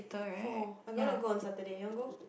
four I want to go on Saturday you want go